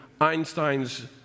Einstein's